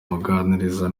amuganiriza